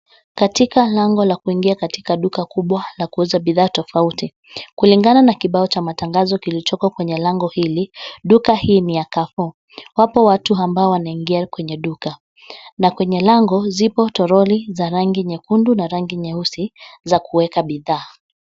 Katika lango la kuingia katika duka kubwa la kuuza bidhaa tofauti. Kulingana na kibao cha matangazo kilichoko kwenye lango hili, duka hii ni ya Carrefour . Wapo watu ambao wanaingia kwenye duka na kwenye lango zipo toroli za rangi nyekundu na rangi nyeusi za kuweka bidhaa.